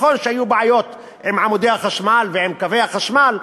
נכון שהיו בעיות עם עמודי החשמל ועם קווי החשמל,